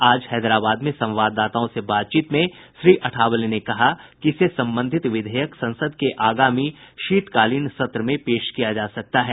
आज हैदराबाद में संवाददाताओ से बातचीत में श्री अठावले ने कहा कि इससे संबंधित विधेयक संसद के आगामी शीतकालीन सत्र में पेश किया जा सकता है